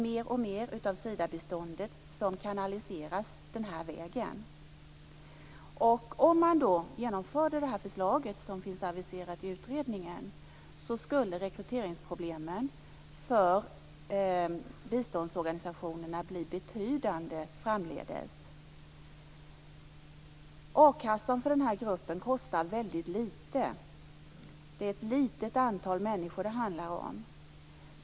Mer och mer av Sidabiståndet kanaliseras den här vägen. Om man genomförde det förslag som är aviserat i utredningen, skulle rekryteringsproblemen för biståndsorganisationerna framdeles bli betydande. A kassan kostar väldigt lite för den här gruppen. Det är ett litet antal människor som det handlar om.